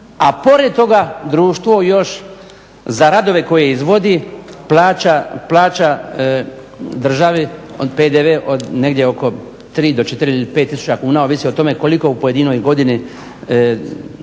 a pored toga društvo još za radove koje izvodi plaća državi PDV negdje oko 3 do 4 ili 5 tisuća kuna ovisi o tome koliko u pojedinoj godini